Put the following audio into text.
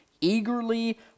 Eagerly